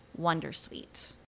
wondersuite